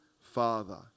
Father